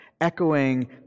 echoing